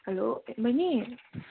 hello बहिनी